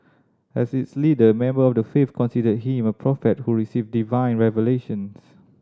as its leader member of the faith considered him a prophet who received divine revelations